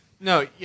no